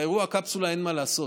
באירוע קפסולה אין מה לעשות,